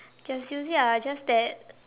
just use it ah just that